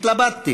התלבטתי